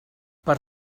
per